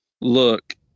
look